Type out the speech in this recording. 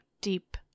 deep